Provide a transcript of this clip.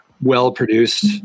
well-produced